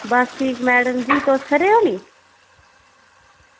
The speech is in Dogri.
बस ठीक मैडम जी तुस खरे ओ नी